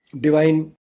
divine